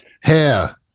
Hair